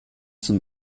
zum